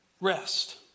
rest